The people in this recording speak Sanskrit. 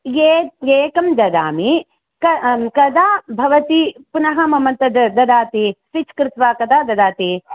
ए एकं ददामि क कदा भवती पुनः मम तद् ददाति स्टिच् कृत्वा कदा ददाति